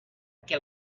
que